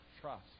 trust